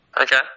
Okay